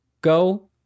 go